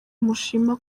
mushima